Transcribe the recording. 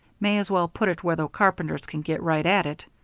may as well put it where the carpenters can get right at it.